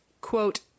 quote